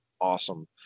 awesome